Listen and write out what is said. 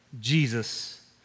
Jesus